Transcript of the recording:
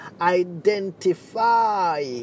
identify